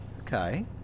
Okay